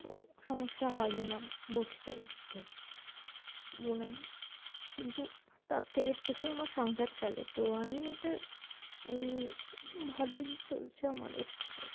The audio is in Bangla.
তো সমস্যা হয় আমার বসতে উঠতে বলেন কিন্তু তার থেকে এর থেকেই আমার সংসার চালে তো আমি এতে ভালোই চলছে আমার এর থেকে